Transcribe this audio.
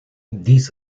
dies